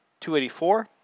$284